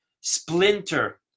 splinter